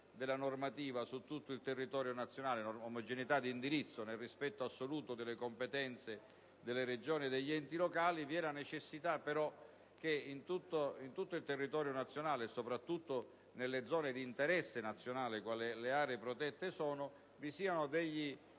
della normativa su tutto il territorio nazionale, nel rispetto assoluto delle competenze delle Regioni e degli enti locali. Vi è la necessità che in tutto il territorio nazionale, e soprattutto nelle zone di interesse nazionale, quali sono le aree protette, siano